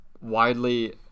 widely